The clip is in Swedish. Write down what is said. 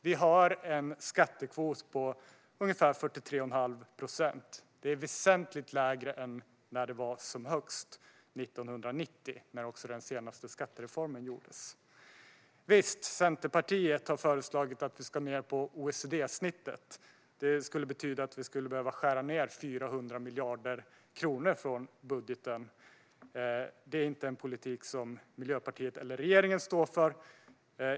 Vi har en skattekvot på ungefär 43 1⁄2 procent, vilket är väsentligt lägre än när det var som högst, 1990, när också den senaste skattereformen gjordes. Visst, Centerpartiet har föreslagit att vi ska ned på OECD-snittet. Det skulle betyda att vi skulle behöva skära ned 400 miljarder kronor från budgeten. Det är inte en politik som Miljöpartiet eller regeringen står för.